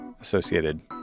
associated